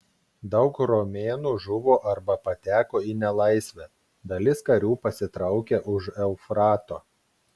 daug romėnų žuvo arba pateko į nelaisvę dalis karių pasitraukė už eufrato